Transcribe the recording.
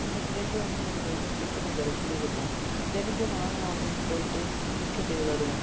அந்த ஃப்ரெண்டு வந்து எனக்கு வந்து கிரிக்கெட் விளையாட சொல்லிக் குடுத்தான் தினைக்கும் நானும் அவனும் போய்விட்டு கிரிக்கெட் விளையாடுவோம்